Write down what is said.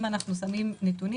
אם אנחנו שמים נתונים